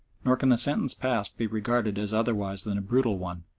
nor can the sentence passed be regarded as otherwise than a brutal one,